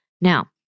Now